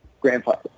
grandfather